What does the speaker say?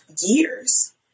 years